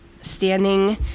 standing